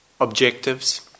objectives